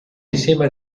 insieme